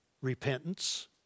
repentance